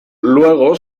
luego